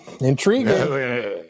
intriguing